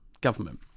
government